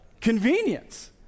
Convenience